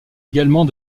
également